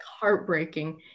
heartbreaking